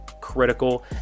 critical